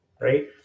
right